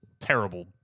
Terrible